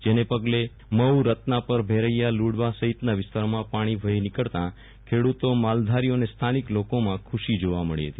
જેને પગલે મંઉરત્નાપરસૈરેયા લુડવા સફિતના વિસ્તારોમાં પાણી વફી નીકળતા ખેડૂતો માલધારી અને સ્થાનિક લોકોમાં ખુશી જોવા મળી ફતી